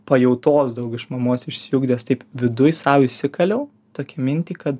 pajautos daug iš mamos išsiugdęs taip viduj sau įsikaliau tokią mintį kad